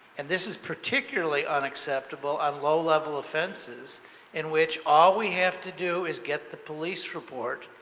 and this is particularly unacceptable on low-level offenses in which all we have to do is get the police report,